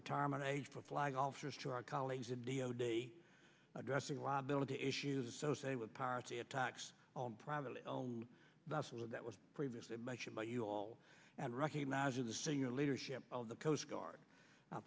retirement age for flag officers to our colleagues in the o d addressing liability issues associated with piracy attacks on privately owned bus with that was previously mentioned but you all and recognizing the senior leadership of the coast guard